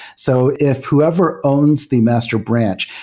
so if whoever owns the master branch,